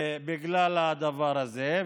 בגלל הדבר הזה.